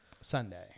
Sunday